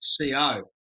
co